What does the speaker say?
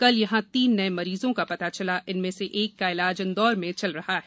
कल यहां तीन नए मरीजों का पता चला इनमें से एक का इलाज इंदौर में चल रहा है